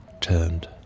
turned